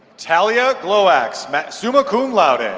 talya glowacz, summa cum laude. and